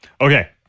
Okay